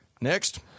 Next